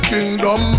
Kingdom